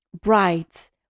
bright